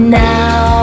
now